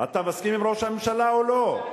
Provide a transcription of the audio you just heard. אתה מסכים עם ראש הממשלה או לא?